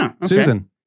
Susan